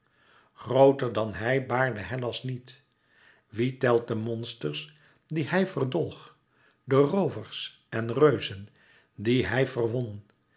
grooter dan hij baarde hellas niet wie telt de monsters die hij verdolg de roovers en reuzen die hij verwon